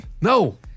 No